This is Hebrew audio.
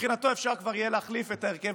ומבחינתו יהיה אפשר כבר להחליף את ההרכב